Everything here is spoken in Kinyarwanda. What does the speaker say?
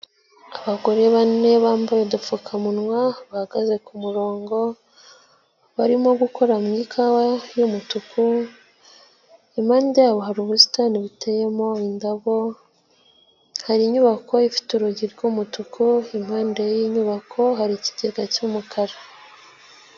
Abagore bane bambaye udupfukamunwa, bahagaze ku murongo barimo gukora mu ikawa y'umutuku, impande yabo hari ubusitani buteyemo indabo, hari inyubako ifite urugi rw'umutuku, impande y'iyi nyubako hari ikigega cy'umukara.